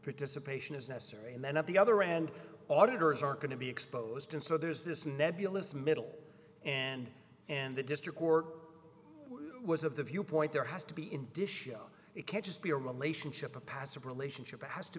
participation is necessary and then at the other end auditors are going to be exposed and so there's this nebulous middle and and the district court was of the viewpoint there has to be in dishes it can't just be a relationship a passive relationship ha